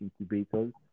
incubators